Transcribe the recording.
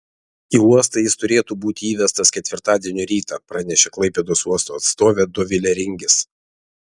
į uostą jis turėtų būti įvestas ketvirtadienio rytą pranešė klaipėdos uosto atstovė dovilė ringis